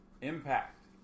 Impact